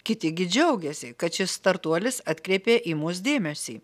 kiti gi džiaugiasi kad šis startuolis atkreipė į mus dėmesį